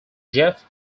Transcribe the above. jeff